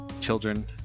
children